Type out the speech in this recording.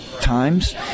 times